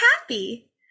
happy